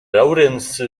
lawrence